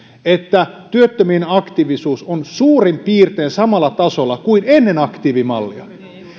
että työttömien aktiivisuus on suurin piirtein samalla tasolla kuin ennen aktiivimallia